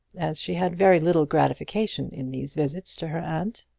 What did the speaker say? as she had very little gratification in these visits to her aunt.